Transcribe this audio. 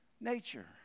nature